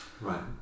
Right